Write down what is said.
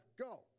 Go